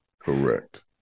Correct